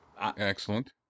Excellent